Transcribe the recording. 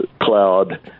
cloud